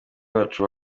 bacu